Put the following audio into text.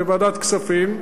בוועדת הכספים,